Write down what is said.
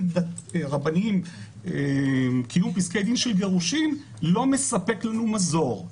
רבניים (קיום פסקי דין של גירושין) לא מספק לנו מזור,